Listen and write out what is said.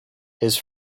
his